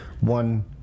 one